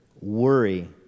worry